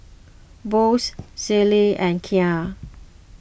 Boost Sealy and Kia